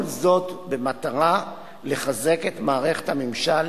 כל זאת, במטרה לחזק את מערכות הממשל